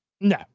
No